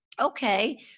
Okay